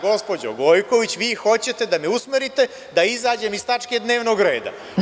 Gospođo Gojković, vi sada hoćete da me usmerite da izađem iz tačke dnevnog reda.